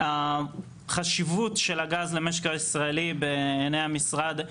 החשיבות של הגז למשק הישראלי בעיני המשרד היא